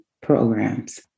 programs